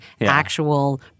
actual